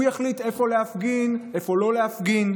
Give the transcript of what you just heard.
הוא יחליט איפה להפגין, איפה לא להפגין,